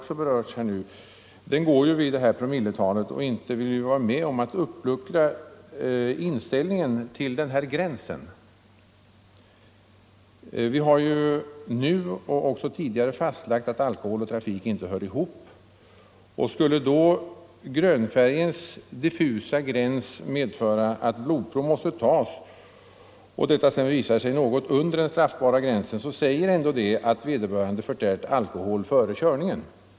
Straffgränsen går vid detta promilletal, och ingen vill väl vara med om att uppluckra inställningen till den gränsen. Vi har lagt fast att alkohol och trafik inte hör ihop. Skulle då grönfärgens diffusa gräns medföra att blodprov måste tas och det visar sig att alkoholhalten ligger något under den straffbara gränsen, säger det ändå att vederbörande har förtärt alkohol före körningen.